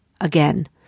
Again